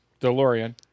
DeLorean